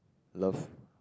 love